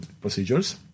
procedures